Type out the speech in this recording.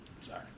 Sorry